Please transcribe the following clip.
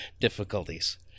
difficulties